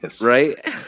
right